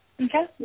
Okay